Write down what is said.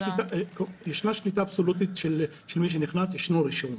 ישנה שליטה אבסולוטית על מי שנכנס, ישנו רישום.